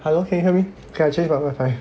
hello can you hear me okay I change my wifi